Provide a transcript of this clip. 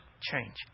change